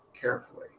carefully